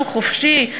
שוק חופשי,